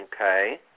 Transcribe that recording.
Okay